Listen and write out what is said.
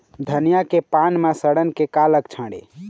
धनिया के पान म सड़न के का लक्षण ये?